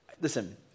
Listen